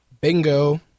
Bingo